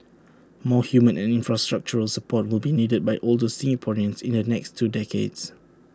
more human and infrastructural support will be needed by older Singaporeans in the next two decades